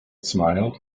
smiled